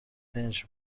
دنج